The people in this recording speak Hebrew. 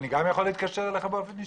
גם אני יכול להתקשר אליך באופן אישי?